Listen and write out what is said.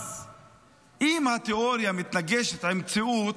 אז אם התיאוריה מתנגשת במציאות,